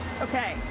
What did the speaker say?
Okay